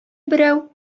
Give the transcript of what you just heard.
берәү